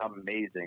amazing